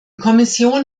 kommission